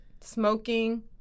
smoking